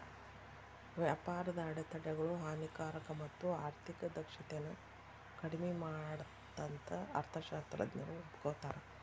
ವ್ಯಾಪಾರದ ಅಡೆತಡೆಗಳು ಹಾನಿಕಾರಕ ಮತ್ತ ಆರ್ಥಿಕ ದಕ್ಷತೆನ ಕಡ್ಮಿ ಮಾಡತ್ತಂತ ಅರ್ಥಶಾಸ್ತ್ರಜ್ಞರು ಒಪ್ಕೋತಾರ